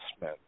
men